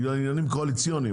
בגלל עניינים קואליציוניים,